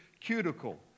cuticle